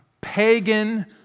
pagan